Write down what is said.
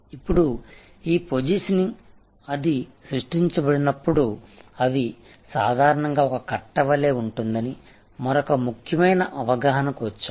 ఇప్పుడు ఈ పొజిషనింగ్ అది సృష్టించబడినప్పుడు అది సాధారణంగా ఒక కట్ట వలే ఉంటుందని మరొక ముఖ్యమైన అవగాహనకు వచ్చాము